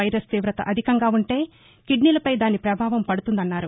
virus తీవత అధికంగా ఉంటే కిడ్నీలపై దాని పభావం పడుతుందన్నారు